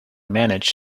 manage